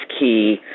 key